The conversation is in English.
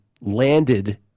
landed